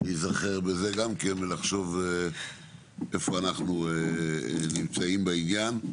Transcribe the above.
יכול להיזכר בזה ולחשוב איפה אנחנו נמצאים בעניין.